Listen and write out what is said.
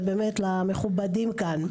ובאמת למכובדים כאן.